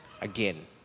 again